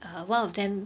err one of them